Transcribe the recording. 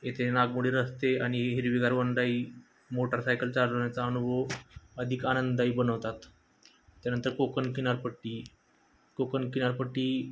येथे नागमोडी रस्ते आणि हिरवीगार वनराई मोटरसायकल चालवण्याचा अनुभव अधिक आनंददायी बनवतात त्यानंतर कोकण किनारपट्टी कोकण किनारपट्टी